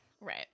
right